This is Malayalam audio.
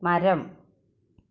മരം